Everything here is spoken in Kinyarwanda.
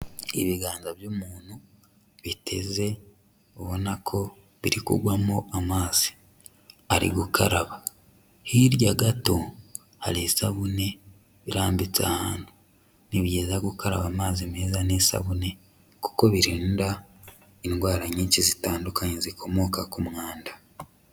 Ibiganza by'umuntu biteze ubona ko biri kugwamo amazi, ari gukaraba, hirya gato hari isabune irambitse ahantu, ni byiza gukaraba amazi meza n'isabune kuko birinda indwara nyinshi zitandukanye zikomoka ku mwanda.